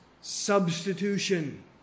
Substitution